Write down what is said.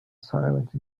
silent